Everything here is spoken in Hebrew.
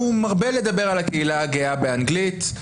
הוא מרבה לדבר על הקהילה הגאה באנגלית.